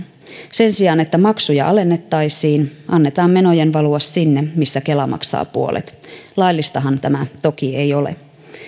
sen sijaan että maksuja alennettaisiin annetaan menojen valua sinne mistä kela maksaa puolet laillistahan tämä toki ei ole